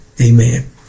Amen